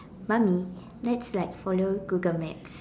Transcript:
mummy let's like follow Google maps